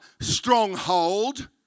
stronghold